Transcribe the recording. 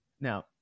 Now